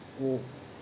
我